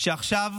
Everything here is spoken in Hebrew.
שעכשיו